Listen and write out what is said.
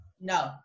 no